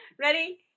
Ready